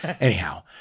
anyhow